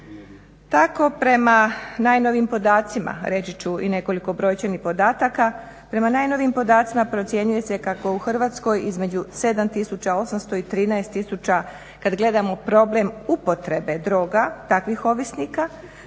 podataka, prema najnovijim podacima procjenjuje se kako je u Hrvatskoj između 7800 i 13000, kad gledamo problem upotrebe droga, takvih ovisnika